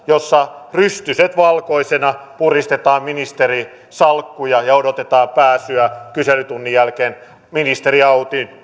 jossa rystyset valkoisina puristetaan ministerisalkkuja ja odotetaan pääsyä kyselytunnin jälkeen ministeri audin